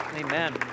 Amen